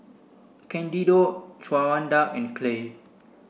Candido Shawanda and Clay